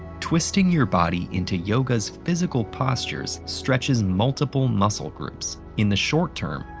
twisting your body into yoga's physical postures stretches multiple muscle groups. in the short term,